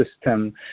system